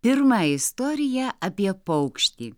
pirma istorija apie paukštį